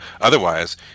Otherwise